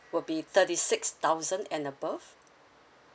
will be thirty six thousand and above